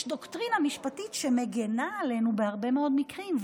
יש דוקטרינה משפטית שמגינה עלינו בהרבה מאוד מקרים,